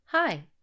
Hi